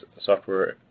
software